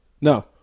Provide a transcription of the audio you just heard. No